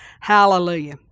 Hallelujah